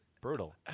brutal